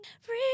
free